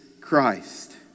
Christ